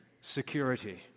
security